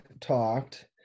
talked